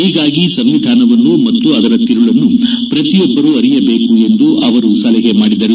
ಹೀಗಾಗಿ ಸಂವಿಧಾನವನ್ನು ಮತ್ತು ಅದರ ತಿರುಳನ್ನು ಪ್ರತಿಯೊಬ್ಬರೂ ಅರಿಯಬೇಕು ಎಂದು ಸಲಹೆ ಮಾಡಿದರು